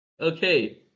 Okay